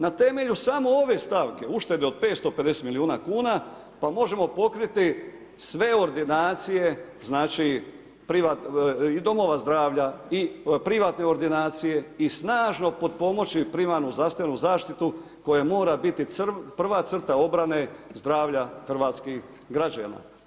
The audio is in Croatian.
Na temelju samo ove stavke, uštede od 550 milijuna kuna pa može pokriti sve ordinacije znači i domova zdravlja i privatne ordinacije i snažno potpomoći primarnu zdravstvenu zaštitu koja mora biti prva crta obrane zdravlja hrvatskih građana.